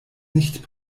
nicht